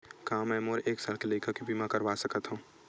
का मै मोर एक साल के लइका के बीमा करवा सकत हव?